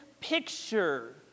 picture